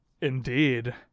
indeed